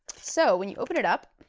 so when you open it up,